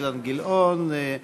אילן גילאון.